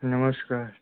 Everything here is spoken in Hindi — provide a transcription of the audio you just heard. नमस्कार